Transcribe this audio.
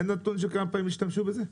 אין נתון כמה פעמים השתמשו בזה?